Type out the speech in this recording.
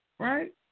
Right